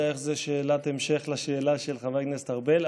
איך זה שאלת המשך לשאלה של חבר הכנסת ארבל,